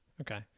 okay